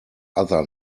other